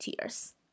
tears